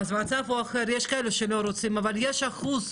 המצב הוא אחר, יש כאלה שלא רוצים, אבל יש אחוז,